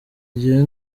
igihe